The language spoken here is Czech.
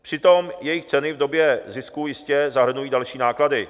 Přitom jejich ceny v době zisku jistě zahrnují další náklady.